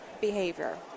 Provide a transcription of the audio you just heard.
behavior